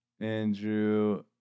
Andrew